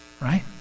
Right